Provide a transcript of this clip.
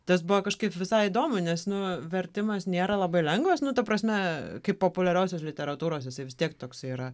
tas buvo kažkaip visai įdomu nes nu vertimas nėra labai lengvas nu ta prasme kaip populiariosios literatūros jisai vis tiek toksai yra